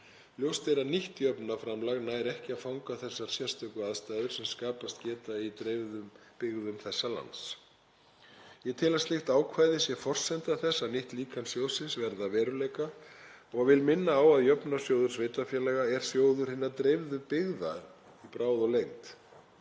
Ljóst er að nýtt jöfnunarframlag nær ekki að fanga þessar sérstöku aðstæður sem skapast geta í dreifðum byggðum þessa lands. Ég tel að slíkt ákvæði sé forsenda þess að nýtt líkan sjóðsins verði að veruleika og vil minna á að Jöfnunarsjóður sveitarfélaga er sjóður hinna dreifðu byggða í bráð og lengd.